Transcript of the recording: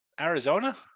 Arizona